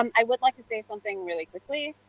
um i would like to say something really quickly.